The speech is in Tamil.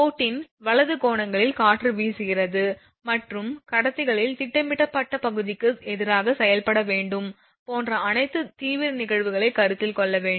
கோட்டின் வலது கோணங்களில் காற்று வீசுகிறது மற்றும் கடத்திகளின் திட்டமிடப்பட்ட பகுதிக்கு எதிராக செயல்பட வேண்டும் போன்ற அனைத்து தீவிர நிகழ்வுகளை கருத்தில் கொள்ள வேண்டும்